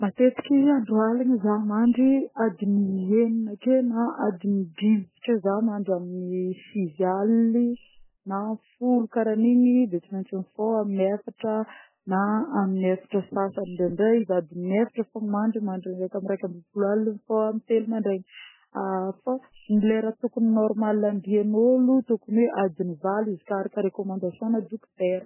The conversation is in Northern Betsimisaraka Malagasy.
Matetiky andro aligny zah mandry adiny enina ake na adiny dimy satria zah mandry amin'ny sivy aligny na amin'ny folo kara igny de tsy mentsy mifôha amin'ny efatra na amin'ny efatra sy sasany ndraindray izy adiny efatra fô mandry mandry amin'ny reka-rekambifolo ake mifôha amin'ny telo mandrena, a-fô ny lera tôkony normale andrien'ôlo tokony hoe adiny valo izy koà araka ny recommandation ana dokotera.